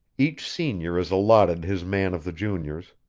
each senior is allotted his man of the juniors,